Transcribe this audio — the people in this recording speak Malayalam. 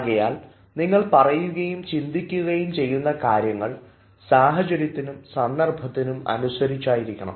ആകയാൽ നിങ്ങൾ പറയുകയും ചിന്തിക്കുകയും ചെയ്യുന്ന കാര്യങ്ങൾ സാഹചര്യത്തിനും സന്ദർഭത്തിനും അനുസരിച്ചായിരിക്കണം